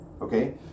Okay